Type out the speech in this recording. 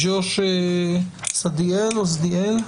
ג'וש שדיאל,